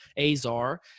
Azar